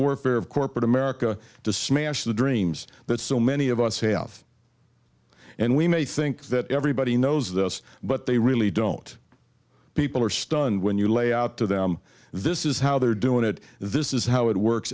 warfare of corporate america to smash the dreams that so many of us health and we may think that everybody knows this but they really don't people are stunned when you lay out to them this is how they're doing it this is how it works